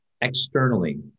externally